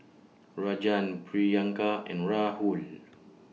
Rajan Priyanka and Rahul